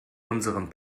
unserem